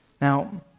Now